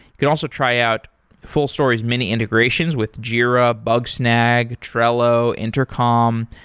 can also try out fullstory's mini integrations with gira, bugsnag, trello, intercom.